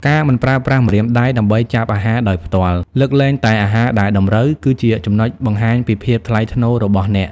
ការមិនប្រើប្រាស់ម្រាមដៃដើម្បីចាប់អាហារដោយផ្ទាល់ លើកលែងតែអាហារដែលតម្រូវ គឺជាចំណុចបង្ហាញពីភាពថ្លៃថ្នូររបស់អ្នក។